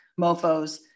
mofos